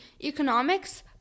economics